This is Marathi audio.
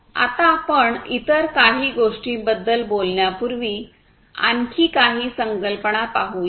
आता आपण इतर काही गोष्टींबद्दल बोलण्यापूर्वी आणखी काही संकल्पना पाहूया